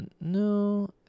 No